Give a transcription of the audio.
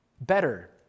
Better